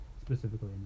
specifically